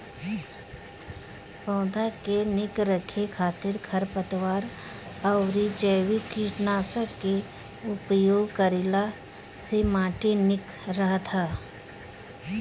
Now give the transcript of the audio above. पौधा के निक रखे खातिर खरपतवार अउरी जैविक कीटनाशक के उपयोग कईला से माटी निक रहत ह